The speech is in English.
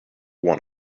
one